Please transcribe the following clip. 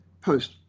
post